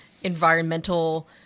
environmental